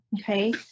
okay